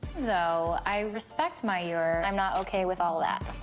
though i respect mayur, i'm not okay with all that.